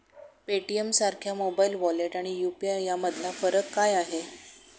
पेटीएमसारख्या mobile wallet आणि UPI यामधला फरक काय आहे?